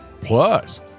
Plus